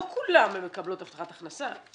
לא כולן מקבלות הבטחת הכנסה.